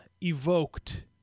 evoked